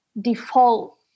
default